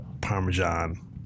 parmesan